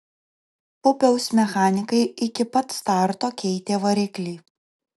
pupiaus mechanikai iki pat starto keitė variklį